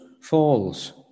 falls